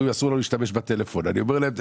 ואומרות לי: "אסור לנו להשתמש בטלפון".